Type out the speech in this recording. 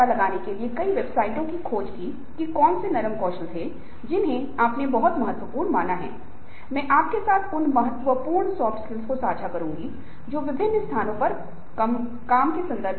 पर्यावरण के लिए खतरा यह है कि यदि आपकी कमजोरी के संबंध में आपके पास अच्छी लेखन क्षमता नहीं है और यदि आपके पास अच्छी आर्टिकुलेशन पावर नहीं है तो हो सकता है कि एक अच्छी कंपनी आपको नौकरी न दे या आपको एक अच्छी शैक्षिक संस्थान मे नौकरी न मिले